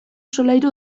solairu